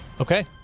Okay